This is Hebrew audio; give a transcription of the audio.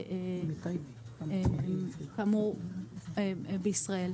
סניפים, שכאמור, מתפתחת בישראל.